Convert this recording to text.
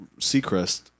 Seacrest